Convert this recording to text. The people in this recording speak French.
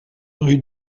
rue